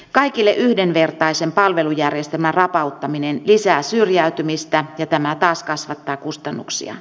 kaikille yhdenvertaisen palvelujärjestelmän rapauttaminen lisää syrjäytymistä ja tämä taas kasvattaa kustannuksia